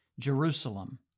Jerusalem